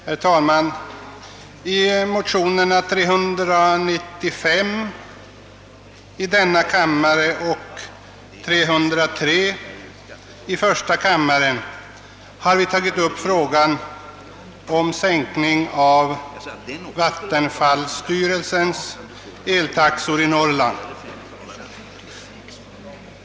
Herr talman! I motionerna II: 395 och 1: 303 har tagits upp frågan om sänkning av vattenfallsstyrelsens eltaxor i Norrland.